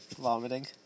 vomiting